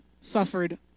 suffered